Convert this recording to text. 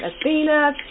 Athena